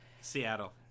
seattle